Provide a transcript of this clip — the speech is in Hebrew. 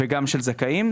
וגם של זכאים.